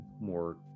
more